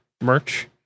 merch